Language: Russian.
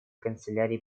канцелярии